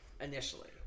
initially